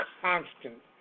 constant